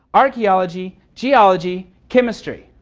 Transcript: archeology, geology, chemistry.